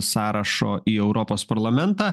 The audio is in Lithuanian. sąrašo į europos parlamentą